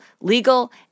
legal